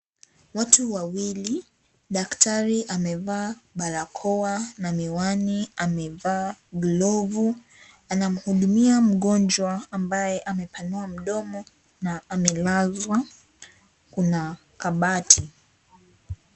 watu wawili, daktari amevaa barakoa na miwani, amevaa glovu, anamhudumia mgonjwa ambaye amepanua mdomo na amelazwa, kuna kabati.